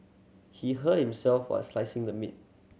he hurt himself while slicing the meat